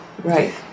Right